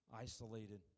Isolated